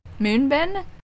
Moonbin